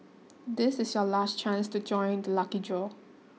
this is your last chance to join the lucky draw